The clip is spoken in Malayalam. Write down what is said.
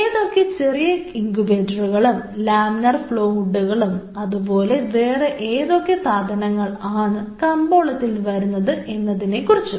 ഏതൊക്കെ ചെറിയ ഇങ്കുബേറ്ററുകളും ലാമിനാർ ഫ്ലോ ഹുഡുകളും അതുപോലത്തെ വേറെ ഏതൊക്കെ സാധനങ്ങൾ ആണ് കമ്പോളത്തിൽ വരുന്നത് എന്നതിനെക്കുറിച്ചും